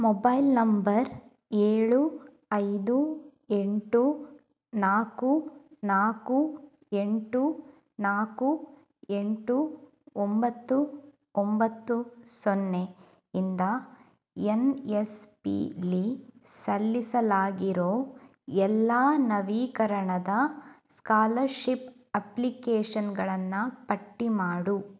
mobile number ಏಳು ಐದು ಎಂಟು ನಾಲ್ಕು ನಾಲ್ಕು ಎಂಟು ನಾಲ್ಕು ಎಂಟು ಒಂಬತ್ತು ಒಂಬತ್ತು ಸೊನ್ನೆ ಇಂದ ಯನ್ ಯಸ್ ಪೀಲ್ಲಿ ಸಲ್ಲಿಸಲಾಗಿರೋ ಎಲ್ಲ ನವೀಕರಣದ ಸ್ಕಾಲರ್ಶಿಪ್ ಅಪ್ಲಿಕೇಶನ್ಗಳನ್ನು ಪಟ್ಟಿಮಾಡು